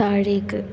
താഴേക്ക്